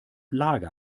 lager